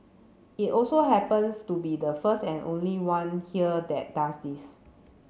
it also happens to be the first and only one here that does this